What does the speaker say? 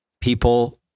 people